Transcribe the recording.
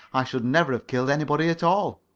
i should never have killed anybody at all.